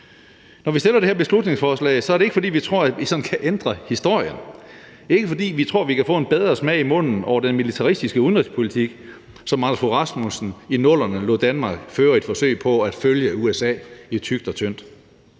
Når vi fremsætter det her beslutningsforslag, er det ikke, fordi vi tror, vi sådan kan ændre historien. Det er ikke, fordi vi tror, at vi kan få en bedre smag i munden over den militaristiske udenrigspolitik, som Anders Fogh Rasmussen i 00'erne lod Danmark føre i et forsøg på at følge USA i tykt og tyndt.